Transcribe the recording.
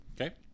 Okay